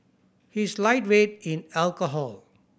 he is a lightweight in alcohol